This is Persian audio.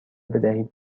بدهید